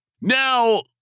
Now